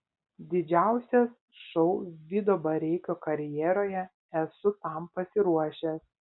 didžiausias šou vido bareikio karjeroje esu tam pasiruošęs